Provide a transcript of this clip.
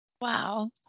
Wow